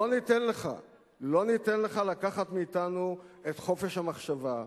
לא ניתן לך לקחת מאתנו את חופש המחשבה,